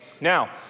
Now